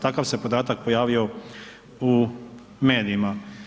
Takav se podatak pojavio u medijima.